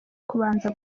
kubanza